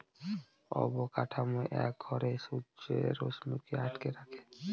অবকাঠামো এক ঘরে সূর্যের রশ্মিকে আটকে রাখে